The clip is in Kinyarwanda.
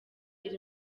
iri